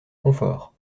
confort